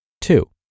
Two